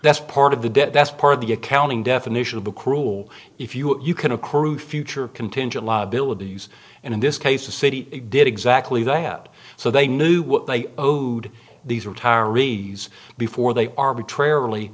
that's part of the debt that's part of the accounting definition of the cruel if you will you can accrue future contingent liabilities and in this case the city did exactly that so they knew what they owed these retiree use before they arbitrarily